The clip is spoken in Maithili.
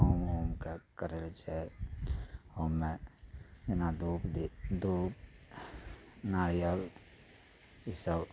होम जापके करि लै छै होममे जेना दूध भी दूध नारियल ईसब